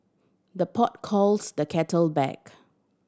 the pot calls the kettle black